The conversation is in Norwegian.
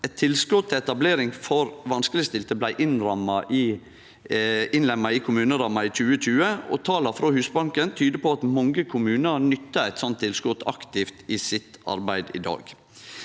Eit tilskot til etablering for vanskelegstilte blei innlemma i kommuneramma i 2020, og tala frå Husbanken tyder på at mange kommunar nyttar eit sånt tilskot aktivt i arbeidet sitt